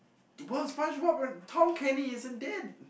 it was SpongeBob or Tom-Kenny isn't dead